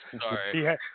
Sorry